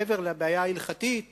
מעבר לבעיה ההלכתית